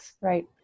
Right